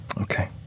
Okay